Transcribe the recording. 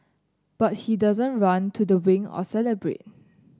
but he doesn't run to the wing or celebrate